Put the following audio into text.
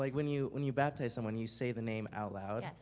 like, when you when you baptize someone, you say the name out loud.